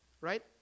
right